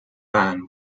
van